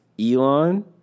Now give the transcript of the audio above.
Elon